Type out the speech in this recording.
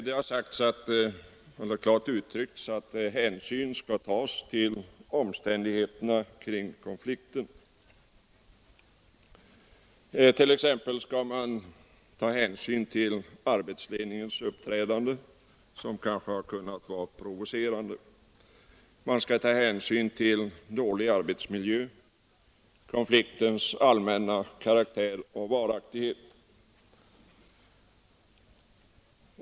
Det har klart uttryckts att hänsyn skall tas till omständigheterna kring konflikten, t.ex. arbetsledningens uppträdande, som kanske har kunnat vara provocerande, dålig arbetsmiljö samt konfliktens allmänna karaktär och varaktighet.